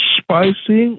spicy